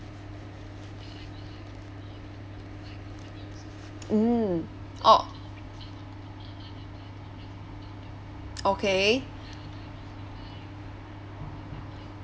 mm orh okay